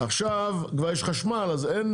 עכשיו כבר יש חשמל אז אין